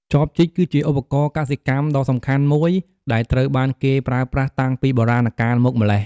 ចបជីក គឺជាឧបករណ៍កសិកម្មដ៏សំខាន់មួយ ដែលត្រូវបានគេប្រើប្រាស់តាំងពីបុរាណកាលមកម្ល៉េះ។